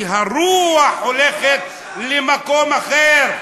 כי הרוח הולכת למקום אחר,